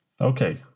Okay